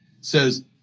says